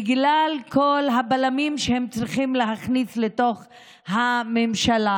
בגלל כל הבלמים שהם צריכים להכניס לתוך הממשלה